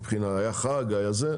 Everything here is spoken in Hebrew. היה חג וזה,